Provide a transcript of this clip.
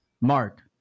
Mark